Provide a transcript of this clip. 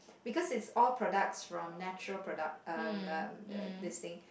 because it's all products from natural product um um this thing